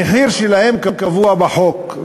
המחיר שלהם קבוע בחוק,